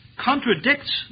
contradicts